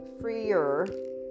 freer